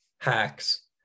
hacks